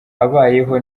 abayeho